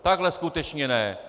Takhle skutečně ne.